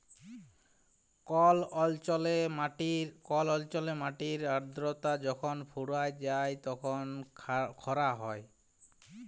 call অল্চলে মাটির আদ্রতা যখল ফুরাঁয় যায় তখল খরা হ্যয়